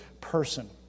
person